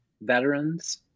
veterans